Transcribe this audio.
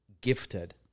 gifted